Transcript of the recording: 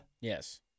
Yes